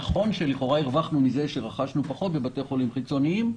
נכון שלכאורה הרווחנו מזה שרכשנו פחות בבתי חולים חיצוניים.